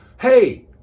hey